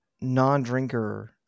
non-drinker